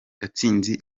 gatsinzi